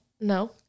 No